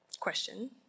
Question